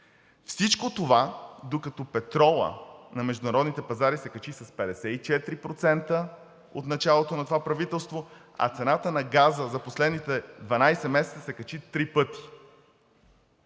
Всичко това, докато петролът на международните пазари се качи с 54% от началото на това правителство, а цената на газа за последните 12 месеца се качи три пъти